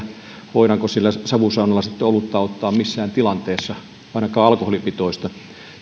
voidaanko siellä savusaunalla sitten olutta ottaa missään tilanteessa ainakaan alkoholipitoista